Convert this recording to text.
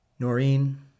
Noreen